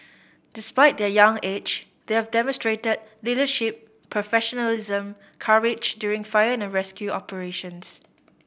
despite their young age they have demonstrated leadership professionalism courage during fire and rescue operations